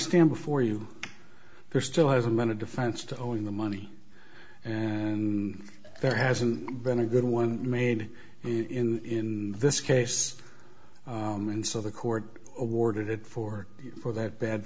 stand before you there still hasn't been a defense to owing the money and there hasn't been a good one made in this case and so the court awarded for you for that bad